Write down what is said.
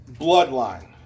bloodline